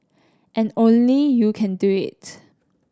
and only you can do it